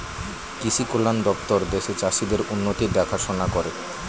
কৃষি কল্যাণ দপ্তর দেশের চাষীদের উন্নতির দেখাশোনা করে